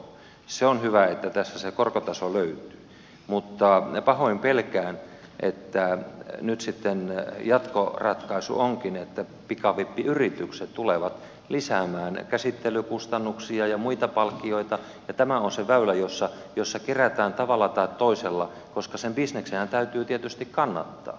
se on hyvä että tässä se korkotaso löytyy mutta pahoin pelkään että nyt sitten jatkoratkaisu onkin että pikavippiyritykset tulevat lisäämään käsittelykustannuksia ja muita palkkioita ja tämä on se väylä jossa kerätään tavalla tai toisella koska sen bisneksenhän täytyy tietysti kannattaa